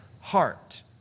heart